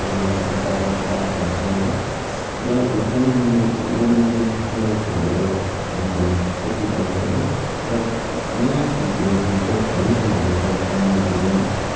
ज जाँदा जाँदा हुन्छ है र कालिमपोङमा मनोरञ्जन गर्ने ठाउँहरू यति पाउँछौँ है र नयाँ भ्यु भ्यु पोइन्टहरू पनि छ तल पन्बूतिर है